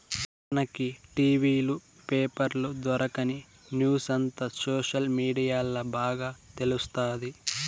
మనకి టి.వీ లు, పేపర్ల దొరకని న్యూసంతా సోషల్ మీడియాల్ల బాగా తెలుస్తాది